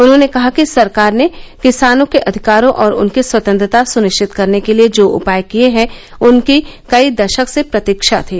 उन्होंने कहा कि सरकार ने किसानों के अधिकारों और उनकी स्वतंत्रता सुनिश्चित करने के लिए जो उपाय किये हैं उनकी कई दशक से प्रतीक्षा थी